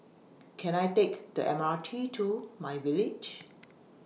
Can I Take The M R T to MyVillage